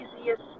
easiest